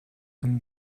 and